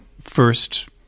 first